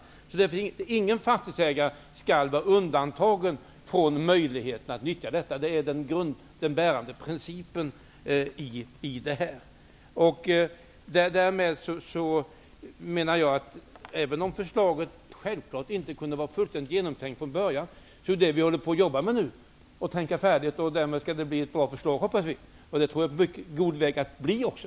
Den bärande principen är att ingen fastighetsägare skall vara undantagen från möjligheten att utnyttja denna rätt. Självfallet kunde förslaget inte vara fullständigt genomtänkt från början, men det är detta vi håller på att jobba med nu. När vi har tänkt färdigt, skall det bli ett bra förslag, hoppas vi. Det tror jag att det är på god väg att bli också.